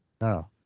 No